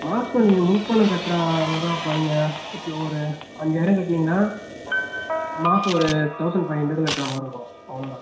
மாதம் நீங்கள் முன் பணம் கட்டுறா மாதிரி தான் இப்போ நீங்கள் இப்போ ஒரு அஞ்சாயிரம் கட்டுனீங்கன்னா மாதம் ஒரு தௌசண்ட் ஃபைவ் ஹண்ட்ரடு கட்டுறா மாதிரி இருக்கும் அவ்வளோதான்